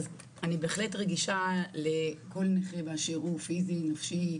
אני בהחלט רגישה לכל נכה באשר הוא, פיזי, נפשי,